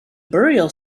burial